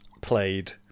played